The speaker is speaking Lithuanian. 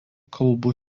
kalbų